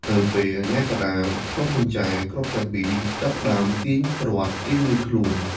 នៅពេលអាជ្ញាកណ្ដាលផ្លុំកញ្ចែ ក្រុមទាំងពីរចាប់ផ្ដើមទាញព្រ័ត្ររៀងៗខ្លួន។